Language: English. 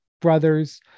brothers